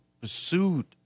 pursued